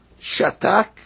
Shatak